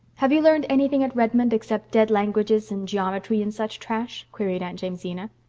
have you learned anything at redmond except dead languages and geometry and such trash? queried aunt jamesina.